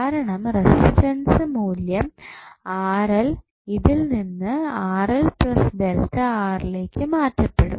കാരണം റെസിസ്റ്റൻസ് മൂല്യം ഇതിൽ നിന്ന് ലേക്ക് മാറ്റപ്പെടും